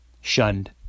shunned